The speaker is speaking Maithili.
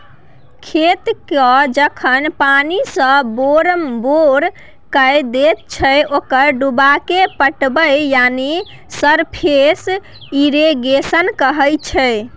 खेतकेँ जखन पानिसँ बोरमबोर कए दैत छै ओकरा डुबाएकेँ पटाएब यानी सरफेस इरिगेशन कहय छै